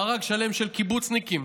מארג שלם של קיבוצניקים